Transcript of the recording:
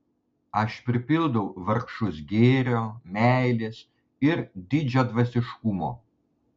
aš pripildau vargšus gėrio meilės ir didžiadvasiškumo